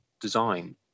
design